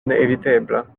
neevitebla